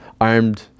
armed